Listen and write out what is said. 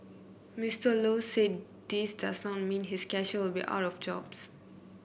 Mister Low said this does not mean his cashiers will be out of jobs